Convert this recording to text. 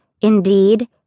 indeed